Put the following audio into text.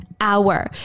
hour